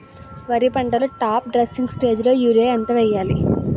వరి పంటలో top dressing స్టేజిలో యూరియా ఎంత వెయ్యాలి?